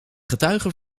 getuige